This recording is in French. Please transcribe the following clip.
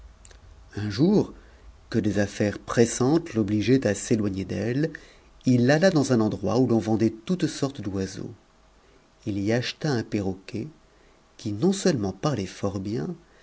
un jour que des affaires pressantes l'obligeaient à s'éloigner d'elle il alla dans un endroit où l'on vendait toutes sortes d'oiseaux il y acheta un perroquet qui non-seulement parlait fort bien